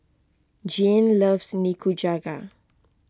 Jeanne loves Nikujaga